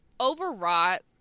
overwrought